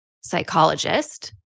psychologist